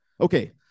Okay